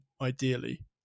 ideally